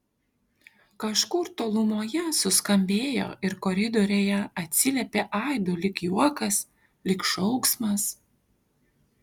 kažkur tolumoje suskambėjo ir koridoriuje atsiliepė aidu lyg juokas lyg šauksmas